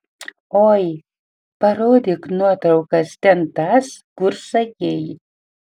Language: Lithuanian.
oi parodyk nuotraukas ten tas kur sakei